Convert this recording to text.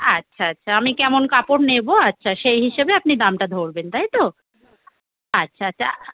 আচ্ছা আচ্ছা আমি কেমন কাপড় নেবো আচ্ছা সেই হিসাবে আপনি দামটা ধরবেন তাই তো আচ্ছা তা